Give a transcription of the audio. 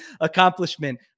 accomplishment